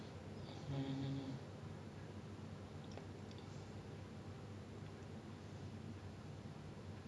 so it's like our population our people they are just they are just naturally smart I guess or we know how to work hard